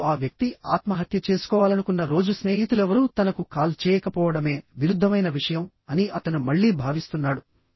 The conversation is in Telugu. మరియు ఆ వ్యక్తి ఆత్మహత్య చేసుకోవాలనుకున్న రోజు స్నేహితులెవరూ తనకు కాల్ చేయకపోవడమే విరుద్ధమైన విషయం అని అతను మళ్ళీ భావిస్తున్నాడు